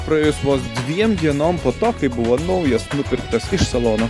praėjus vos dviem dienom po to kai buvo naujas nupirktas iš salono